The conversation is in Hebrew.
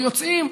ויוצאים.